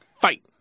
fight